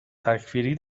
تکفیری